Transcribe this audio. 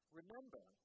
remember